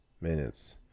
minutes